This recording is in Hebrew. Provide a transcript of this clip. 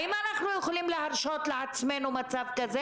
האם אנחנו יכולים להרשות לעצמנו מצב כזה?